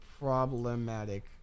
Problematic